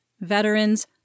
veterans